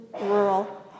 rural